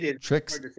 tricks